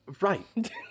Right